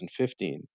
2015